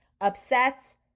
upsets